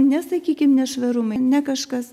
nesakykim nešvarumai ne kažkas